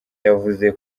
yavuze